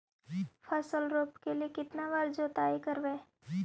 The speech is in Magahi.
फसल रोप के लिय कितना बार जोतई करबय?